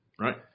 right